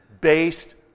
Based